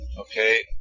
Okay